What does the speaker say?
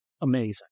amazing